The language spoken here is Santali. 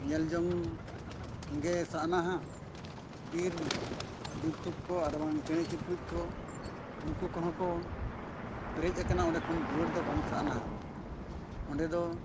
ᱧᱮᱞᱡᱚᱝ ᱜᱮ ᱥᱟᱱᱟᱣᱟ ᱵᱤᱨ ᱡᱚᱱᱛᱩ ᱠᱚ ᱟᱨᱵᱟᱝ ᱪᱮᱬᱮᱼᱪᱤᱯᱨᱩᱫ ᱠᱚ ᱩᱱᱠᱩ ᱠᱚᱦᱚᱸ ᱠᱚ ᱯᱮᱨᱮᱡ ᱟᱠᱟᱱᱟ ᱚᱸᱰᱮ ᱠᱷᱚᱱ ᱨᱩᱣᱟᱹᱲ ᱫᱚ ᱵᱟᱝ ᱥᱟᱱᱟᱣᱟ ᱚᱸᱰᱮ ᱫᱚ